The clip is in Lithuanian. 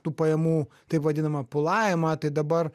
tų pajamų taip vadinamą pulavimą tai dabar